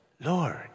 Lord